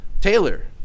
Taylor